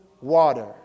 water